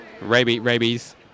Rabies